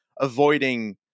avoiding